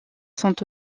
sont